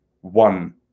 one